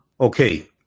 Okay